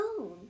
own